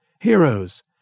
heroes